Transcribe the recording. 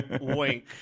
Wink